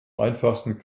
einfachsten